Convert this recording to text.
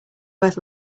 worth